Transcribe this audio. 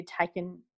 taken